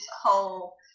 whole